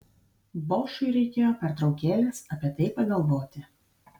bošui reikėjo pertraukėlės apie tai pagalvoti